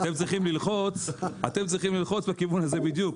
אתם צריכים ללחוץ בכיוון הזה בדיוק,